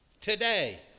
today